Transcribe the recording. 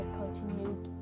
continued